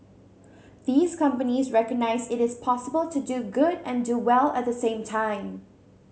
these companies recognise it is possible to do good and do well at the same time